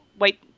wait